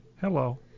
Hello